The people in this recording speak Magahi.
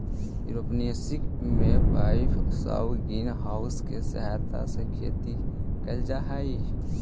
एयरोपोनिक्स में पाइप आउ ग्रीन हाउस के सहायता से खेती कैल जा हइ